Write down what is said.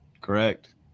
Correct